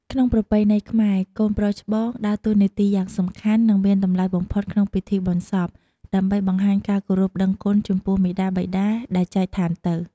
ក្នុងប្រពៃណីខ្មែរ កូនប្រុសច្បងដើរតួនាទីយ៉ាងសំខាន់ និងមានតម្លៃបំផុតក្នុងពិធីបុណ្យសព ដើម្បីបង្ហាញការគោរពដឹងគុណចំពោះមាតាបិតាដែលចែកឋានទៅ។